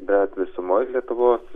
bet visumoj lietuvos